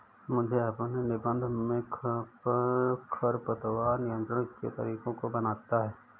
मुझे अपने निबंध में खरपतवार नियंत्रण के तरीकों को बताना है